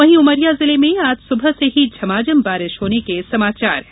वही उमरिया जिले में आज सुबह से ही झमाझम बारिश होने के समाचार हैं